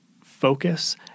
focus